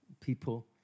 people